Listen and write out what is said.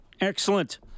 excellent